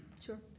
sure